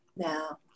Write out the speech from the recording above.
Now